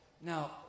Now